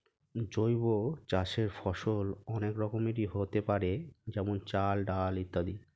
জৈব চাষের ফসল অনেক রকমেরই হতে পারে যেমন চাল, ডাল ইত্যাদি